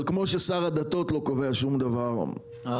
אבל כמו ששר הדתות לא קובע שום דבר --- סופר,